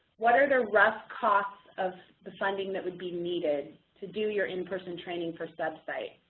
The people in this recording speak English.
what are the rough costs of the funding that would be needed to do your in-person training per sub-site?